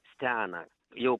stena jau